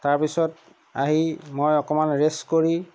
তাৰ পিছত আহি মই অকমান ৰেছ কৰি